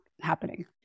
happening